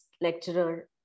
lecturer